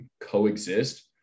coexist